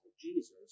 Jesus